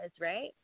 right